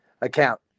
account